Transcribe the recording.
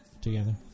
together